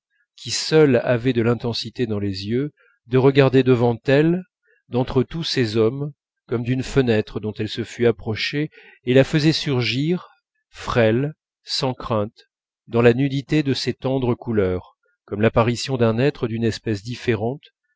qui seule avait de l'intensité dans les yeux de regarder devant elle d'entre tous ces hommes comme d'une fenêtre dont elle se fût approchée et la faisait surgir frêle sans crainte dans la nudité de ses tendres couleurs comme l'apparition d'un être d'une espèce différente